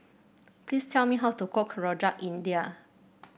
please tell me how to cook Rojak India